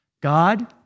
God